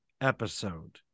episode